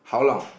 how long